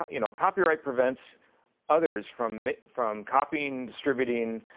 you know copyright prevents others from from copying, distributing,